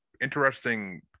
interesting